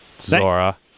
Zora